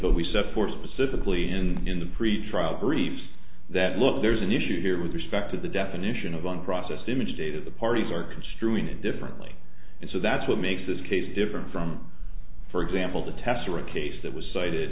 but we set forth specifically in pretrial briefs that look there's an issue here with respect to the definition of unprocessed image data the parties are construing it differently and so that's what makes this case different from for example the tester a case that was cited